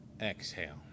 exhale